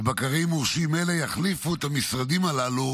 ובקרים מורשים אלה יחליפו את המשרדים הללו